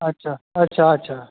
अच्छा अच्छा अच्छा